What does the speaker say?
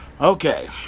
Okay